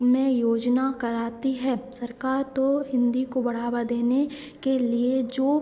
में योजना कराती है सरकार तो हिन्दी को बढ़ावा देने के लिए जो